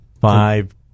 five